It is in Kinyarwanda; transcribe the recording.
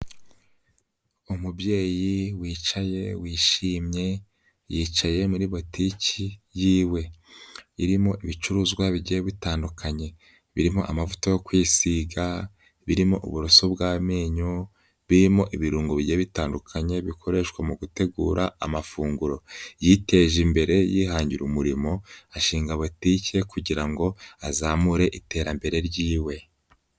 Umubyeyi wicaye wishimye, yicaye muri potiki yiwe. Irimo ibicuruzwa bigiye bitandukanye; birimo amavuta yo kwisiga, birimo uburoso bw'amenyo ,birimo ibirungo bijya bitandukanye bikoreshwa mu gutegura amafunguro. Yiteje imbere yihangira umurimo, ashinga botike kugira ngo azamure iterambere ryiwe.